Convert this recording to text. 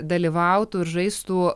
dalyvautų ir žaistų